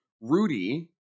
Rudy